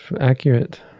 accurate